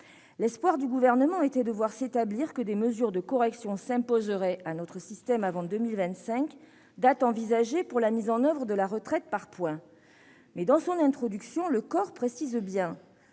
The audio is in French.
L'espoir du Gouvernement était de voir établir que des mesures de correction s'imposeraient avant 2025, date envisagée pour la mise en oeuvre de la retraite par points. Or, dans l'introduction de son étude, le